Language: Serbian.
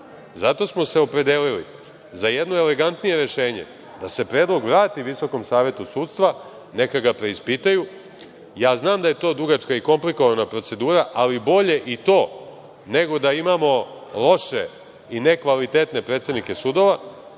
zato smo se opredelili za jedno elegantnije rešenje, da se predlog vrati VSS, neka ga preispitaju. Ja znam da je to dugačka i komplikovana procedura, ali bolje i to nego da imamo loše i nekvalitetne predsednike sudova,